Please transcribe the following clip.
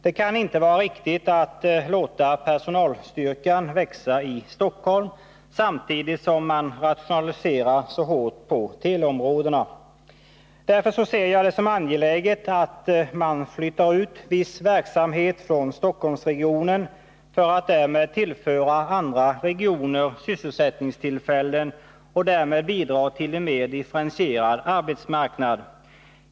Det kan inte vara riktigt att låta personalstyrkan växa i Stockholm samtidigt som man rationaliserar så hårt på teleområdena. Därför anser jag det vara angeläget att man flyttar ut viss verksamhet från Stockholmsregionen för att därmed tillföra andra regioner sysselsättningstillfällen och därmed bidra till en mer differentierad arbetsmarknad.